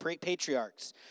patriarchs